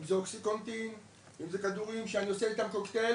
אם זה כדורים שאני עושה איתם קוקטייל,